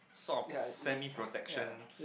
sort of semi protection